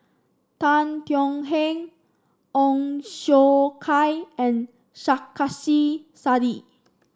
Tan Thuan Heng Ong Siong Kai and Sarkasi Said